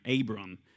Abram